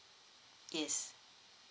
yes